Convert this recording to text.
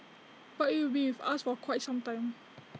but IT will be with us for quite some time